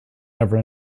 never